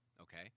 Okay